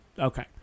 Okay